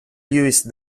louis